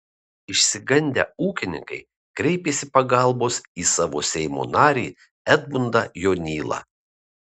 išsigandę ūkininkai kreipėsi pagalbos į savo seimo narį edmundą jonylą